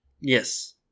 Yes